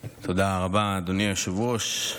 רבה, אדוני היושב-ראש.